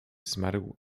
zmarł